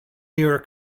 york